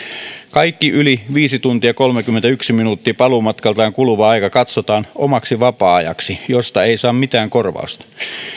kaikki viisi tuntia kolmekymmentäyksi minuuttia ylittävä paluumatkaan kuluva aika katsotaan omaksi vapaa ajaksi josta ei saa mitään korvausta